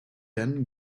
then